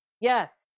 yes